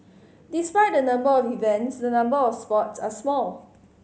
despite the number of events the number of sports are small